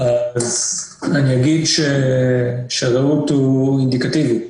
אני אגיד ש"רעות" הוא אינדיקטיבי.